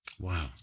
Wow